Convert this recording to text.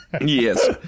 Yes